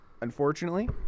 unfortunately